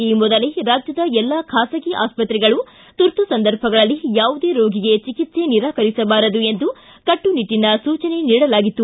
ಈ ಮೊದಲೇ ರಾಜ್ಯದ ಎಲ್ಲ ಖಾಸಗಿ ಆಸ್ಪತ್ರೆಗಳು ತುರ್ತು ಸಂದರ್ಭಗಳಲ್ಲಿ ಯಾವುದೇ ರೋಗಿಗೆ ಚಿಕಿತ್ಸೆ ನಿರಾಕರಿಸಬಾರದು ಎಂದು ಕಟ್ಟುನಿಟ್ಟನ ಸೂಜನೆ ನೀಡಲಾಗಿತ್ತು